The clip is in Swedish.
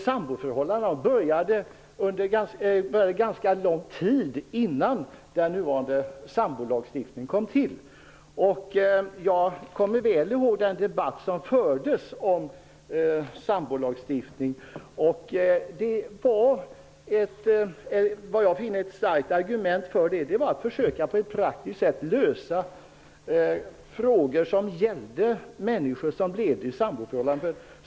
Samboförhållanden började alltså förekomma ganska långt innan den nuvarande sambolagstiftningen kom till. Jag kommer väl ihåg den debatt som fördes om sambolagstiftning. Ett enligt min mening starkt argument för lagen var att man på ett praktiskt sätt ville försöka lösa frågor som gällde människor som levde i samboförhållanden.